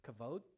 kavod